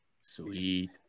Sweet